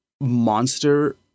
monster